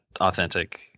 authentic